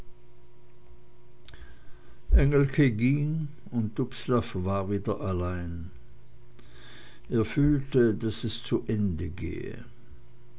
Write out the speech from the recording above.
und dubslav war wieder allein er fühlte daß es zu ende gehe